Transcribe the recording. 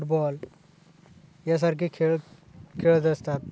football यासारखे खेळ खेळत असतात